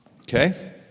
Okay